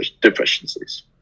deficiencies